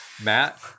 Matt